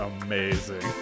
amazing